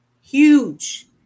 huge